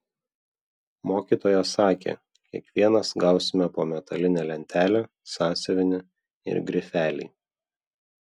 mokytoja sakė kiekvienas gausime po metalinę lentelę sąsiuvinį ir grifelį